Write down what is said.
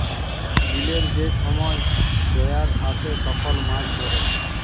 দিলের যে ছময় জয়ার আসে তখল মাছ ধ্যরে